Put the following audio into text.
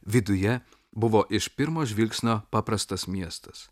viduje buvo iš pirmo žvilgsnio paprastas miestas